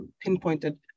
pinpointed